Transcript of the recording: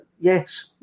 yes